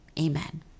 Amen